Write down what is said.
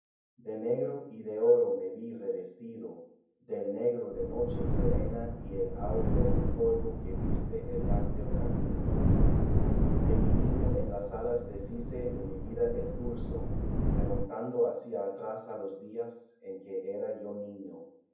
de negro y de oro me vi revestido del negro de noche serena y del áureo polvo que viste el lácteo camino de mi niño en las alas deshice de mi vida el curso remontando hacia atrás á los días en que era yo niño